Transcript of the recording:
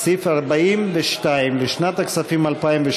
סעיף 42 לשנת הכספים 2017